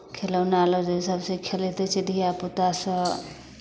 खेलौना लेलक जे सभसँ खेलैत रहै छै धियापुतासभ